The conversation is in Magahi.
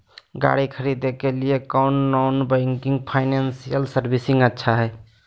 गाड़ी खरीदे के लिए कौन नॉन बैंकिंग फाइनेंशियल सर्विसेज अच्छा है?